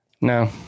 No